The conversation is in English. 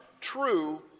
true